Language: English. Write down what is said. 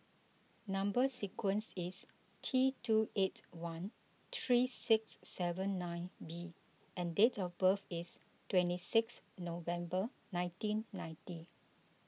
Number Sequence is T two eight one three six seven nine B and date of birth is twenty six November nineteen ninety